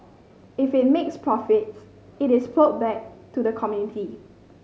if it makes profits it is ploughed back to the community